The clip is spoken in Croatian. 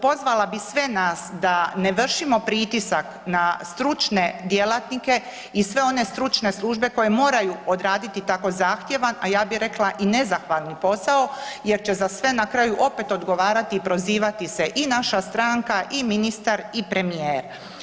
Pozvala bi sve nas da ne vršimo pritisak na stručne djelatnike i sve one stručne službe koje moraju odraditi tako zahtjevan, a ja bih rekla i nezahvalan posao jer će za sve na kraju opet odgovarati i prozivati se i naša stranka i ministar i premijer.